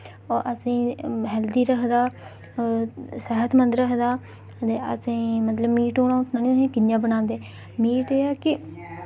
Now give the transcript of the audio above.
ओह् असेंई हैल्दी रखदा सेह्तमंद रखदा ते असें मतलब मीट हुन अ'ऊं सनान्नीं तुसें कि'यां बनांदे मीट एह् ऐ के